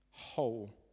whole